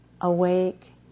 awake